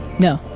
no,